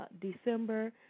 December